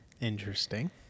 Interesting